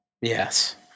Yes